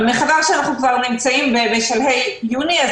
אבל מאחר ואנחנו נמצאים כבר בשלהי יוני,